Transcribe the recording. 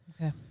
Okay